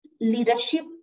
leadership